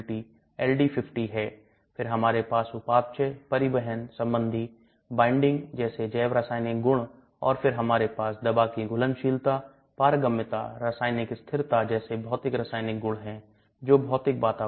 बिल्ली और कुत्ते अम्ल का कम स्त्राव करते हैं इसलिए यदि दवा की घुलनशीलता pH पर निर्भर है तो प्रजातियों में घुलनशीलता का अंतर अवशोषण के विभिन्न परिणाम होंगे